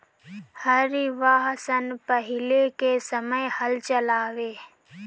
हरवाह सन पहिले के समय हल चलावें